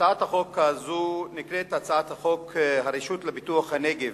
הצעת החוק הזאת נקראת "הצעת חוק הרשות לפיתוח הנגב",